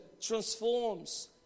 transforms